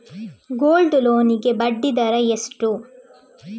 Gold loan ಗೆ ಬಡ್ಡಿ ದರ ಎಷ್ಟು?